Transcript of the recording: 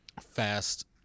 fast